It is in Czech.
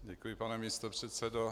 Děkuji, pane místopředsedo.